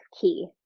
key